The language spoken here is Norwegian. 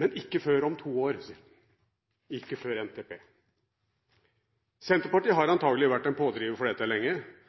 men ikke før om to år, ikke før NTP. Senterpartiet har antagelig vært en pådriver for dette lenge,